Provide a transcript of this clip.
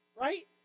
right